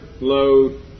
load